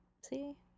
See